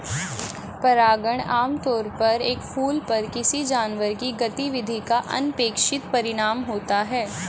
परागण आमतौर पर एक फूल पर किसी जानवर की गतिविधि का अनपेक्षित परिणाम होता है